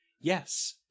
Yes